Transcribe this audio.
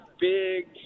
big